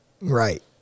Right